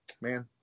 man